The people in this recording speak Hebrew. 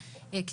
החולים.